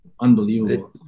unbelievable